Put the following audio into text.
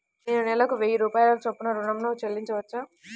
నేను నెలకు వెయ్యి రూపాయల చొప్పున ఋణం ను చెల్లించవచ్చా?